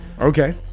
Okay